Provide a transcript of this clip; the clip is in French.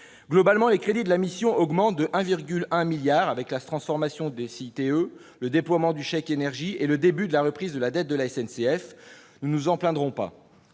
Globalement, les crédits de la mission augmentent de 1,1 milliard d'euros du fait de la transformation du CITE, du déploiement du chèque énergie et du début de la reprise de la dette de la SNCF. Nous ne nous en plaindrons pas.